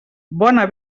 bona